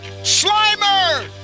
Slimer